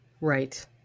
Right